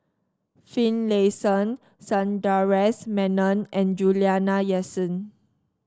Finlayson Sundaresh Menon and Juliana Yasin